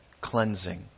cleansing